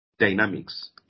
Dynamics